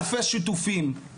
אלפי שיתופים,